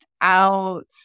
out